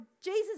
Jesus